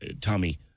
Tommy